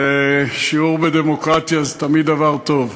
ושיעור בדמוקרטיה זה תמיד דבר טוב.